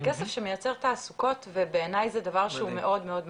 זה כסף שמייצר תעסוקות ובעיני זה דבר שהוא מאוד מאוד משמעותי.